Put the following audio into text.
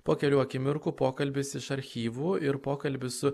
po kelių akimirkų pokalbis iš archyvų ir pokalbis su